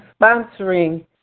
sponsoring